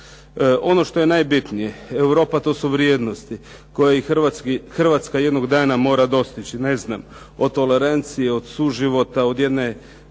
Ono što je najbitnije Europa to su vrijednosti koje i Hrvatska jednog dana mora dostići, ne znam od tolerancije, od suživota, od jedne